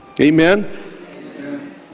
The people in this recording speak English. Amen